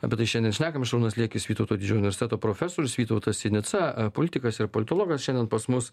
apie tai šiandien šnekam šarūnas liekis vytauto didžiojo universiteto profesorius vytautas sinica politikas ir politologas šiandien pas mus